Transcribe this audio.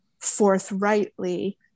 forthrightly